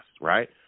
right